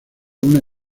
una